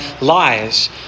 lies